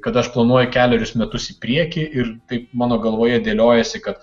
kad aš planuoju kelerius metus į priekį ir taip mano galvoje dėliojasi kad